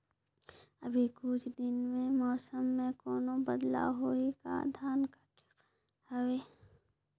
अभी कुछ दिन मे मौसम मे कोनो बदलाव होही का? धान काटे बर हवय?